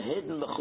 hidden